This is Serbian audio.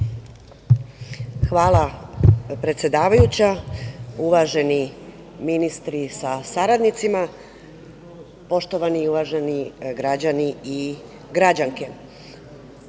Hvala, predsedavajuća. Uvaženi ministri sa saradnicima, poštovani i uvaženi građani i građanke,